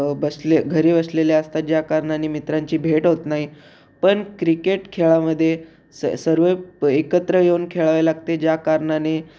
बसले घरी बसलेले असतात ज्या कारणाने मित्रांची भेट होत नाही पण क्रिकेट खेळामध्ये स सर्व एकत्र येऊन खेळावे लागते ज्या कारणाने